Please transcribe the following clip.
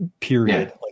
Period